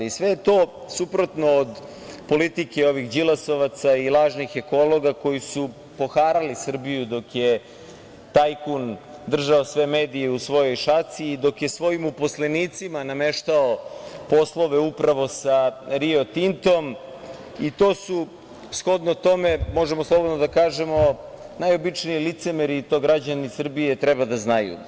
Sve je to suprotno od politike ovih Đilasovaca i lažnih ekologa koji su poharali Srbiju dok je tajkun držao sve medije u svojoj šaci i dok je svojim uposlenicima nameštao poslove upravo sa Rio Tintom, i to su, shodno tome možemo slobodno da kažemo, najobičniji licemeri i to građani Srbije treba da znaju.